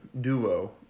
duo